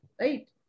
Right